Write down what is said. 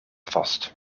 vast